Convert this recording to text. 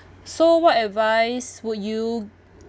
so what advice would you